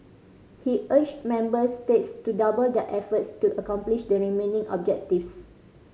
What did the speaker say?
he urged member states to double their efforts to accomplish the remaining objectives